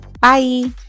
Bye